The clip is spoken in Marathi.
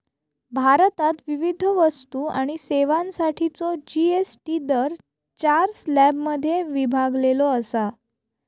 भारतात विविध वस्तू आणि सेवांसाठीचो जी.एस.टी दर चार स्लॅबमध्ये विभागलेलो असा